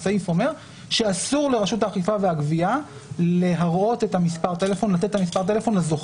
הסעיף אומר שאסור לרשות האכיפה והגבייה לתת את מספר הטלפון לזוכה.